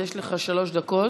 יש לך שלוש דקות.